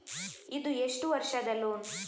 ಇದು ಎಷ್ಟು ವರ್ಷದ ಲೋನ್?